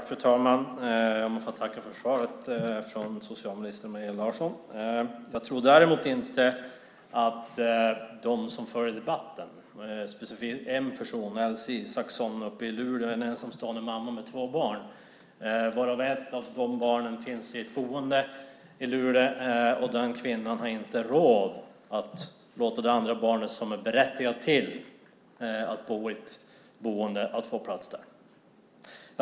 Fru talman! Jag tackar för svaret från statsrådet Maria Larsson. Jag tror inte att de som följer debatten är nöjda med svaret. Det gäller speciellt en person, Elsy Isaksson i Luleå. Det är en ensamstående mamma med två barn. Ett av barnen finns i ett boende i Luleå. Den kvinnan har inte råd att låta det andra barnet, som är berättigat att bo i ett boende, få plats där.